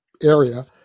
area